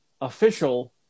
official